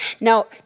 Now